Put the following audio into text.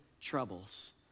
troubles